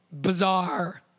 bizarre